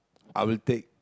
I will take